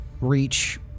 reach